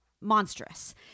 monstrous